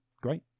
great